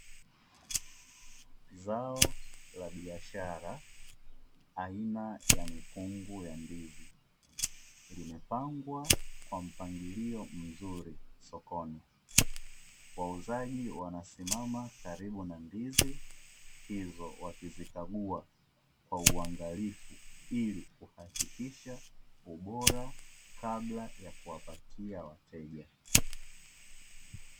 Zao la biashara aina ya mikungu ya ndizi, limepangwa kwa mpangilio mzuri sokoni. Wauzaji wanasimama karibu na ndizi hizo, wakizikagua kwa uangalifu ili kuhakikisha ubora kabla ya kuwapatia wateja.